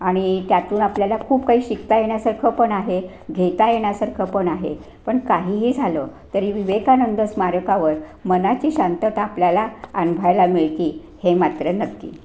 आणि त्यातून आपल्याला खूप काही शिकता येण्यासारखं पण आहे घेता येण्यासारखं पण आहे पण काहीही झालं तरी विवेकानंद स्मारकावर मनाची शांतता आपल्याला अनुभवायला मिळते हे मात्र नक्की